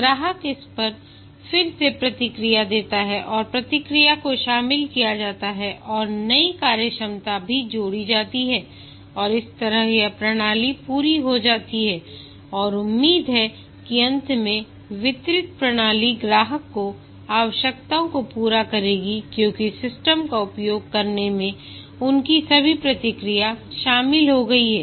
ग्राहक इस पर फिर से प्रतिक्रिया देता है और प्रतिक्रिया को शामिल किया जाता है और नई कार्यक्षमता भी जोड़ी जाती है और इस तरह यह प्रणाली पूरी हो जाती है और उम्मीद है कि अंत में वितरित प्रणाली ग्राहक की आवश्यकताओं को पूरा करेगी क्योंकि सिस्टम का उपयोग करने में उनकी सभी प्रतिक्रिया शामिल हो गई है